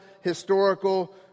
historical